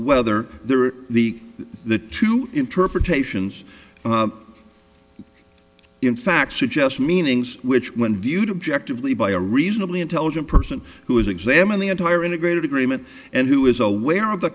whether there are the the two interpretations in fact suggest meanings which when viewed objective lead by a reasonably intelligent person who has examined the entire integrated agreement and who is aware of the